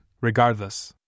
regardless